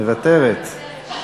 מוותרת.